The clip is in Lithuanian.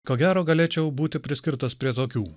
ko gero galėčiau būti priskirtas prie tokių